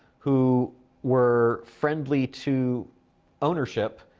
who were friendly to ownership,